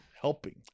Helping